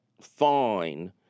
fine